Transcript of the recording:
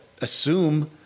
assume